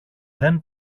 δεν